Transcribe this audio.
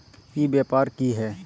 ई व्यापार की हाय?